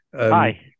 Hi